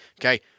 okay